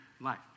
life